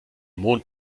mond